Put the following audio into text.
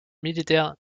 militaire